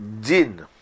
Din